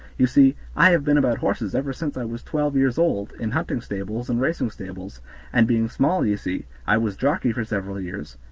you see, i have been about horses ever since i was twelve years old, in hunting stables, and racing stables and being small, ye see, i was jockey for several years